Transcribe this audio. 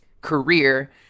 career